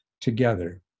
together